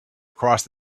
across